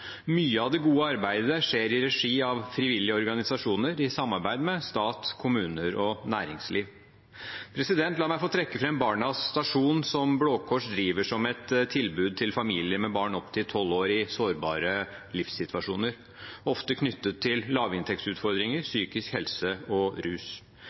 Mye av det gode arbeidet skjer i regi av frivillige organisasjoner i samarbeid med stat, kommuner og næringsliv. La meg få trekke fram Barnas Stasjon, som Blå Kors driver som et tilbud til familier med barn opp til tolv år i sårbare livssituasjoner, ofte knyttet til lavinntektsutfordringer, psykisk helse og rus.